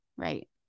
right